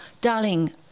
darling